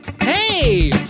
Hey